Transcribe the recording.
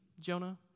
Jonah